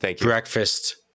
breakfast